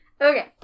Okay